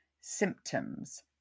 symptoms